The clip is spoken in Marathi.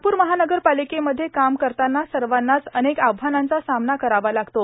नागपूर महानगरपाालकेमध्ये काम करताना सवानाच अनेक आव्हानांचा सामना करावा लागतो